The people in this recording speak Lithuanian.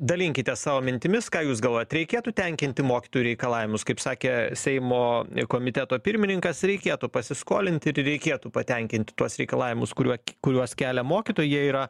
dalinkitės savo mintimis ką jūs galvojate reikėtų tenkinti mokytojų reikalavimus kaip sakė seimo komiteto pirmininkas reikėtų pasiskolinti ir reikėtų patenkinti tuos reikalavimus kuriuo kuriuos kelia mokytojai jie yra